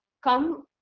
come